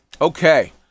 Okay